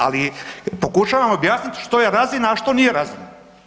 Ali pokušavam vam objasniti što je razina, a što nije razina.